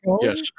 yes